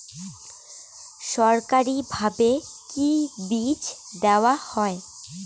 সরকারিভাবে কি বীজ দেওয়া হয়?